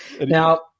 Now